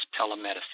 telemedicine